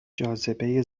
جاذبه